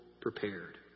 prepared